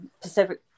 Pacific